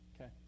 Okay